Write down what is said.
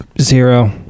Zero